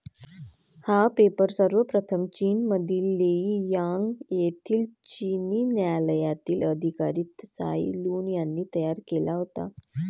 हा पेपर सर्वप्रथम चीनमधील लेई यांग येथील चिनी न्यायालयातील अधिकारी त्साई लुन यांनी तयार केला होता